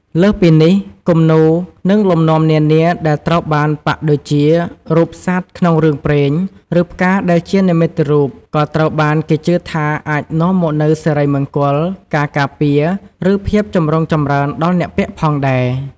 លើសពីនេះ គំនូរ និងលំនាំនានាដែលត្រូវបានប៉ាក់ដូចជា រូបសត្វក្នុងរឿងព្រេង ឬផ្កាដែលជានិមិត្តរូប ក៏ត្រូវបានគេជឿថាអាចនាំមកនូវសិរីមង្គល ការការពារ ឬភាពចម្រុងចម្រើនដល់អ្នកពាក់ផងដែរ។